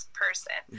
person